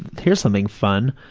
here's something fun.